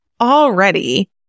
already